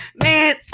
man